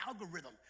algorithm